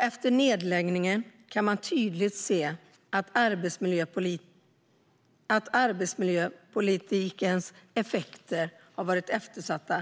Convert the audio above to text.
Efter nedläggningen kan man tydligt se att arbetsmiljöpolitiken har varit eftersatt.